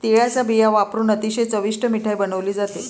तिळाचा बिया वापरुन अतिशय चविष्ट मिठाई बनवली जाते